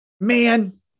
Man